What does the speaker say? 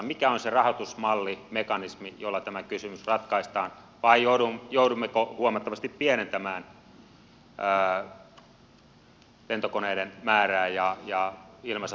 mikä on se rahoitusmalli mekanismi jolla tämä kysymys ratkaistaan vai joudummeko huomattavasti pienentämään lentokoneiden määrää ja ilmassa tapahtuvaa puolustusta